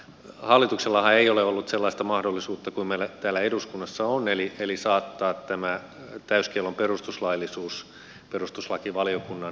hallituksellahan ei ole ollut sellaista mahdollisuutta kuin meillä täällä eduskunnassa on eli saattaa tämä täyskiellon perustuslaillisuus perustuslakivaliokunnan punnittavaksi